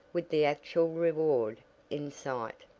with the actual reward in sight.